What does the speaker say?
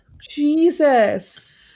Jesus